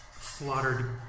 slaughtered